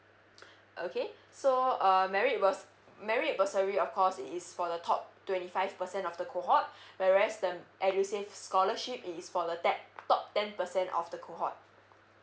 okay so um merit burs~ merit bursary of course is for the top twenty five percent of the cohort whereas the edusave scholarship is for the tap top ten percent of the cohort